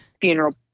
Funeral